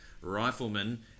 Rifleman